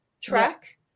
track